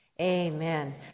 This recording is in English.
Amen